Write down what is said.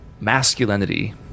masculinity